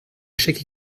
chaque